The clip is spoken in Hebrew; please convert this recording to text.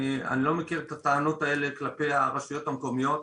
אני לא מכיר את הטענות האלה כלפי הרשויות המקומיות.